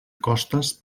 costes